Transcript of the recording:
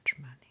money